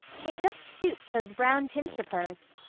it just suits those brown tints of hers.